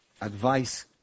advice